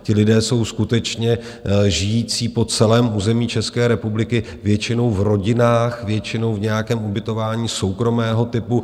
Ti lidé jsou skutečně žijící po celém území České republiky, většinou v rodinách, většinou v nějakém ubytování soukromého typu.